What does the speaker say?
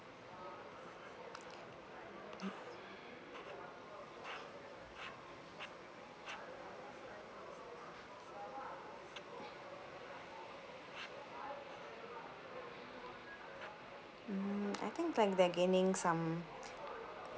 mm I think like they're gaining some